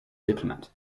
diplomat